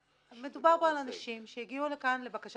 מדובר פה על אנשים שהגיעו לכאן לבקש